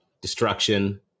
destruction